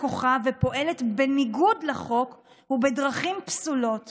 כוחה ופועלת בניגוד לחוק ובדרכים פסולות